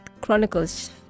Chronicles